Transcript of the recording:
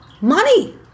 money